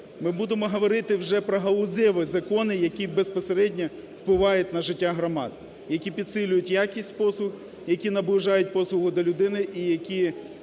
ми будемо говорити вже про галузеві закони, які безпосередньо впливають на життя громад, які підсилюють якість послуг, які наближають послуги до людини і які